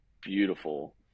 beautiful